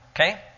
okay